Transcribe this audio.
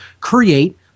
create